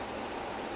ya like